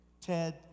Ted